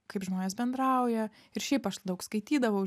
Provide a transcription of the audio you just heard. kaip žmonės bendrauja ir šiaip aš daug skaitydavau